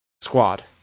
Squad